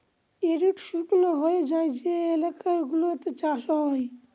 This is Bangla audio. এরিড শুকনো হয়ে যায় যে এলাকা সেগুলোতে চাষ হয়